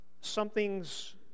something's